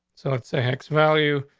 so it's a hex value,